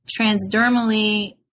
transdermally